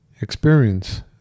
experience